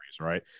Right